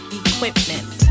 equipment